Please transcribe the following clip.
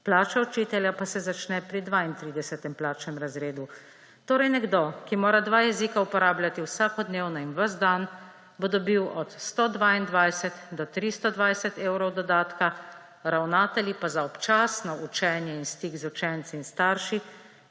plača učitelja pa se začne pri 32. plačnem razredu. Torej nekdo, ki mora dva jezika uporabljati vsakodnevno in ves dan, bo dobil od 122 do 320 evrov dodatka, ravnatelji pa za občasno učenje in stik z učenci in starši,